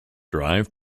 drive